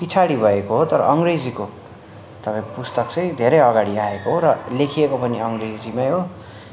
पछाडि भएको हो तर अङ्ग्रेजीको तपाईँको पुस्तक चाहिँ धेरै अगाडि आएको हो र लेखिएको पनि अङ्ग्रेजीमै हो